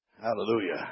Hallelujah